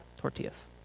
tortillas